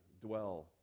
dwell